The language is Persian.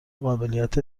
قابلیت